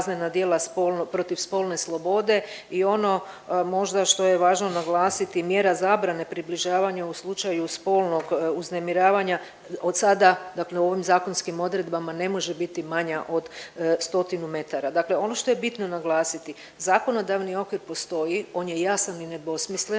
protiv spolne slobode i ono možda što je važno naglasiti, mjera zabrane približavanja u slučaju spolnog uznemiravanja od sada dakle u ovim zakonskim odredbama ne može biti manja od stotinu metara. Dakle ono što je bitno naglasiti, zakonodavni okvir postoji, on je jasan i nedvosmislen